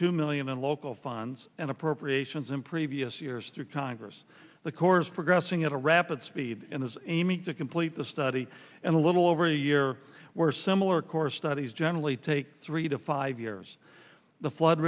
two million in local funds and appropriations in previous years through congress the corps progressing at a rapid speed and is aiming to complete the study in a little over a year where similar course studies generally take three to five years the flood